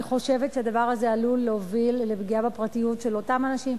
אני חושבת שהדבר הזה עלול להוביל לפגיעה בפרטיות של אותם אנשים,